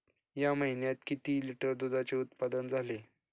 या महीन्यात किती लिटर दुधाचे उत्पादन झाले?